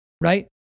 right